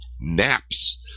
naps